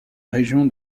région